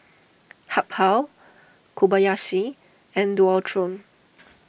Habhal Kobayashi and Dualtron